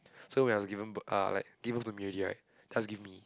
so when I was given b~ uh like give birth to me already right just give me